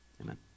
Amen